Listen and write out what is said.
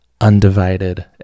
undivided